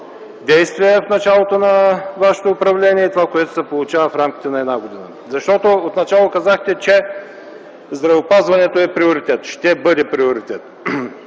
действия в началото на вашето управление и това, което се получава в рамките на една година. Защото в началото казахте, че здравеопазването ще бъде приоритет.